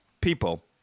people